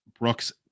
Brooks